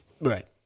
Right